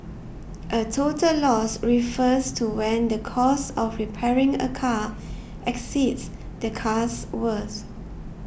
a total loss refers to when the cost of repairing a car exceeds the car's worth